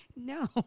No